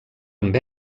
amb